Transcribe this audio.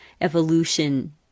evolution